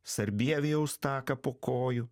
sarbievijaus taką po kojų